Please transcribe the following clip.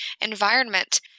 environment –